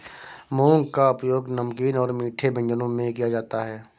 मूंग का उपयोग नमकीन और मीठे व्यंजनों में किया जाता है